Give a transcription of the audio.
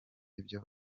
ibyo